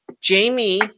Jamie